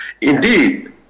Indeed